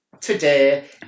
today